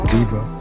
Diva